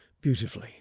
beautifully